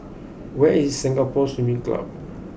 where is Singapore Swimming Club